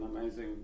amazing